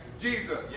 Jesus